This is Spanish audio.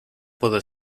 puede